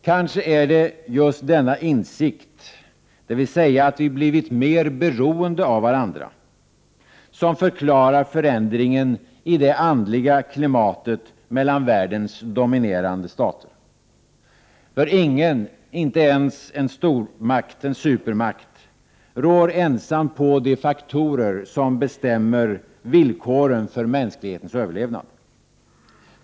Kanske är det just denna insikt, dvs. att vi blivit mer beroende av varandra, som förklarar förändringen i det andliga klimatet mellan världens dominerande stater. Ingen — inte ens en supermakt — rår ensam på de faktorer som bestämmer villkoren för mänsklighetens överlevnad.